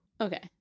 okay